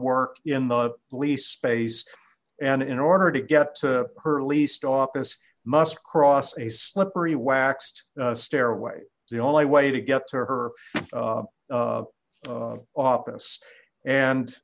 work in the least space and in order to get to her least office must cross a slippery waxed stairway the only way to get to her office and